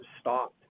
stopped